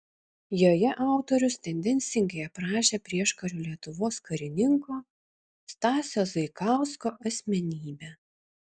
joje autorius tendencingai aprašė prieškario lietuvos karininko stasio zaikausko asmenybę